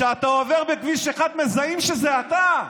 כשאתה עובר בכביש 1 מזהים שזה אתה.